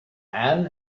man